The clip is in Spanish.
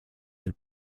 del